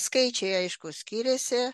skaičiai aišku skyriasi